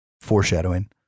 foreshadowing